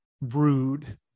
rude